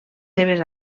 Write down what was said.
seves